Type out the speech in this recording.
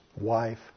wife